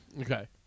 Okay